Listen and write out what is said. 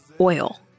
oil